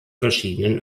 verschiedenen